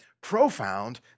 profound